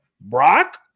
Brock